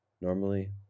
Normally